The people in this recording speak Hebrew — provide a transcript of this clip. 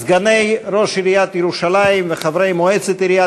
סגני ראש עיריית ירושלים וחברי מועצת עיריית